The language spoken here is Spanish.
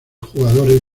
jugadores